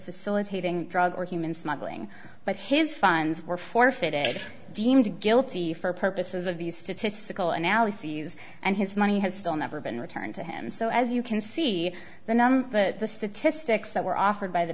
facilitating drug or human smuggling but his funds were forfeited deemed to guilty for purposes of these statistical analyses and his money has still never been returned to him so as you can see the numb the the statistics that were offered by the